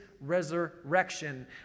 resurrection